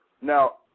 Now